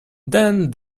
then